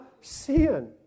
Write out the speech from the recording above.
sin